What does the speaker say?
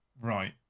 Right